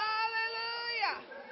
Hallelujah